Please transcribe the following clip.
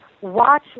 watch